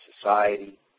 society